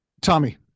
Tommy